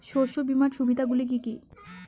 শস্য বীমার সুবিধা গুলি কি কি?